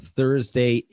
Thursday